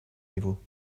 niveau